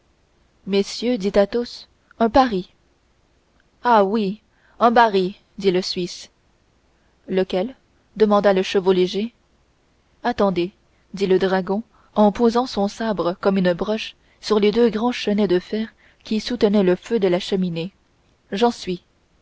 messieurs dit athos un pari ah woui un bari dit le suisse lequel demanda le chevau léger attendez dit le dragon en posant son sabre comme une broche sur les deux grands chenets de fer qui soutenaient le feu de la cheminée j'en suis